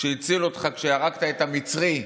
שהציל אותך כשהרגת את המצרי,